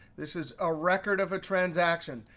this is a record of a transaction.